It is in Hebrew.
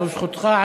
זאת זכותך.